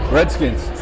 Redskins